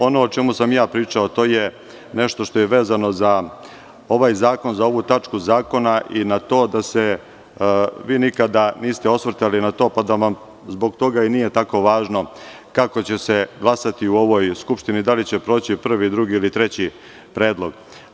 Ono o čemu sam ja pričao, to je nešto što je vezano za ovaj zakon, za ovu tačku zakona i na to da se vi nikada niste osvrtali na to pa da vam zbog toga i nije tako važno kako će se glasati u ovoj skupštini, da li će proći prvi, drugi ili treći predlog.